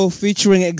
featuring